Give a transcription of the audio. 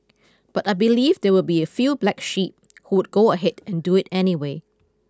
but I believe there will be a few black sheep who would go ahead and do it anyway